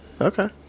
okay